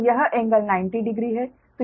तो यह एंगल 900 है